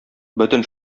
бөтен